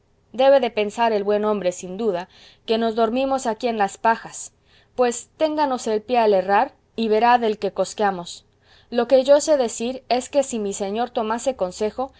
debe de pensar el buen hombre sin duda que nos dormimos aquí en las pajas pues ténganos el pie al herrar y verá del que cosqueamos lo que yo sé decir es que si mi señor tomase mi consejo